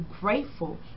grateful